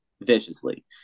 viciously